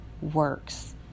works